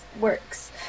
works